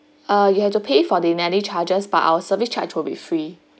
uh you have to pay for the nanny charges but our service charge will be free